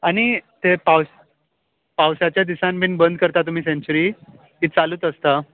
आनी थंय पावस पावसाच्या दिसान बीन बंद करता तुमी सेन्चुरी की चालूच आसता